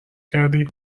کردی